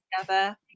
together